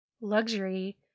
luxury